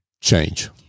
change